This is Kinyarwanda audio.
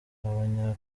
abanya